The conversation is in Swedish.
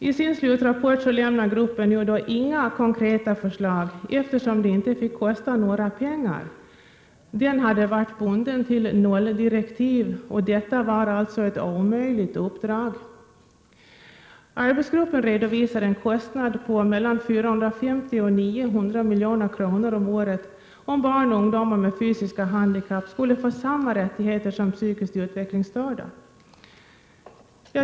I sin slutrapport lämnar gruppen inga konkreta förslag, eftersom det inte fick kosta några pengar; den hade varit bunden till nolldirektiv. Detta var alltså ett omöjligt uppdrag. Arbetsgruppen redovisar en kostnad på mellan 450 och 900 milj.kr. om året, om barn och ungdomar med fysiska handikapp skulle få samma rättigheter som psykiskt utvecklingsstörda.